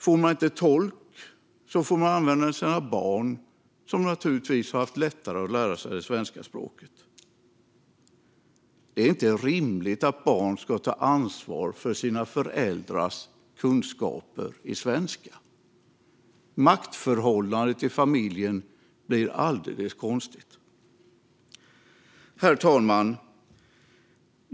Får man inte tolk får man använda sig av sina barn, som naturligtvis har haft det lättare att lära sig det svenska språket. Det är inte rimligt att barn ska ta ansvar för sina föräldrars kunskaper i svenska. Maktförhållandet i familjen blir alldeles konstigt. Herr talman!